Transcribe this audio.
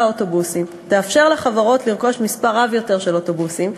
האוטובוסים ותאפשר לחברות לרכוש מספר רב יותר של אוטובוסים,